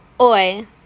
Oi